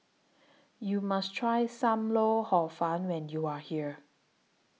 YOU must Try SAM Lau Hor Fun when YOU Are here